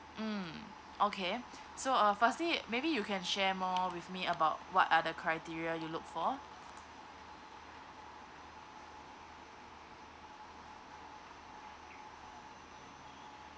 mm okay so uh firstly maybe you can share more with me about what are the criteria you look for